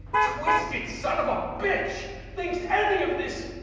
twisted, son of a bitch, thinks any of this,